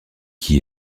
qui